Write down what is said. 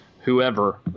whoever